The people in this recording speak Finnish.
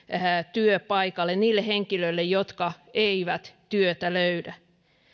työpaikalle niille henkilöille jotka eivät työtä löydä